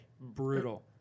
Brutal